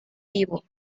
vivo